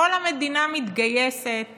כל המדינה מתגייסת